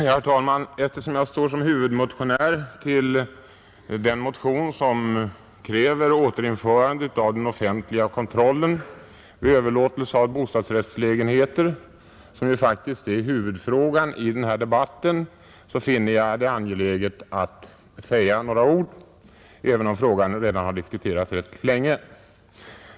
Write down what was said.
Herr talman! Då jag står som huvudmotionär under den motion som kräver återinförande av den offentliga kontrollen vid överlåtelse av bostadsrättslägenheter, vilket faktiskt är huvudfrågan i den här debatten, finner jag det angeläget att säga några ord, även om frågan redan har diskuterats rätt länge.